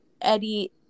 Eddie